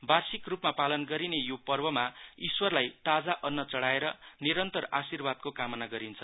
वाषिर्क रुपमा पालन गरिने यो पर्वमा ईश्वरलाई ताजा अन्न चढ़ाएर निरन्तर आशिर्वादको कामना गरिन्छ